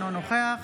אינו נוכח